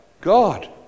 God